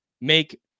make